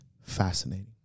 fascinating